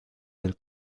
del